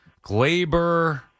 Glaber